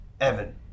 Evan